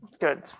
good